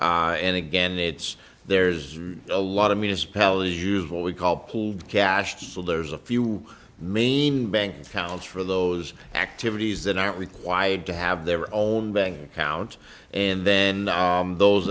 and again it's there's a lot of municipalities use what we call pulled cash so there's a few main bank accounts for those activities that aren't required to have their own bank account and then those